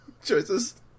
choices